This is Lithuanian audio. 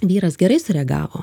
vyras gerai sureagavo